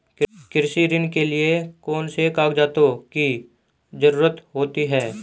कृषि ऋण के लिऐ कौन से कागजातों की जरूरत होती है?